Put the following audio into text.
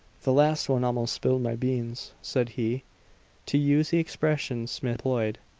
the last one almost spilled my beans, said he to use the expression smith employed.